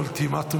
יש פה אולטימטום